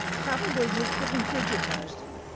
probably, you couldn't digitize them.